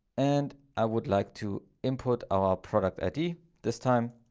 and i would like to input our product id this time,